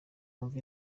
wumve